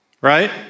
right